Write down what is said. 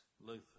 Luther